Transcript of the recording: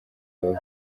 aba